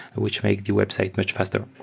which make the website much faster.